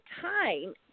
time